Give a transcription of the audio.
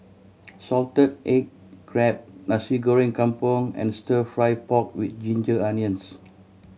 salted egg crab Nasi Goreng Kampung and Stir Fry pork with ginger onions